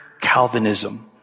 calvinism